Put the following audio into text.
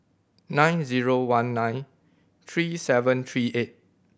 nine zero one nine three seven three eight